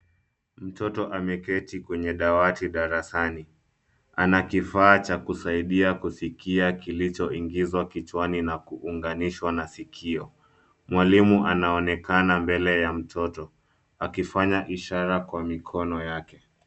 Mtoto ameketi kwenye dawati darasani. Ana kifaa cha kusaidia kusikia kilicho ingizwa kichwani na kufunganishwa na sikio. Mwalimu anaoenekana mbele ya mtoto akifanya ishara kwa mikono yake.